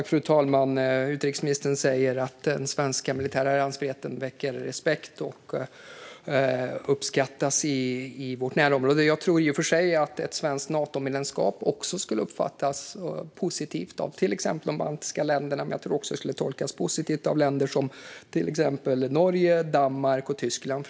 Fru talman! Utrikesministern säger att den svenska militära alliansfriheten väcker respekt och uppskattas i vårt närområde. Jag tror i och för sig att ett svenskt Natomedlemskap också skulle uppfattas positivt av till exempel de baltiska länderna men även av till exempel Norge, Danmark och Tyskland.